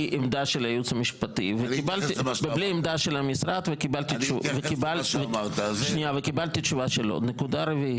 עמדה של הייעוץ המשפטי ובלי עמדה של המשרד וקיבלתי תשובה שלא.